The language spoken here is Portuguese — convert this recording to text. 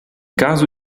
caso